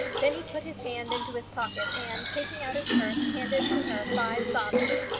then he put his hand into his pocket, and taking out his purse, handed to her five sovereigns.